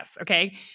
okay